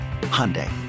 Hyundai